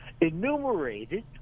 enumerated